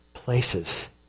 Places